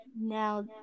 now